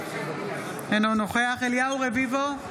אינו נוכח אליהו רביבו,